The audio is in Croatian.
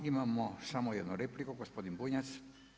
Imamo samo jednu repliku gospodin Bunjac.